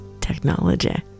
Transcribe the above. technology